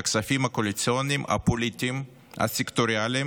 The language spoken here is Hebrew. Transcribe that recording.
מהכספים הקואליציוניים הסקטוריאליים.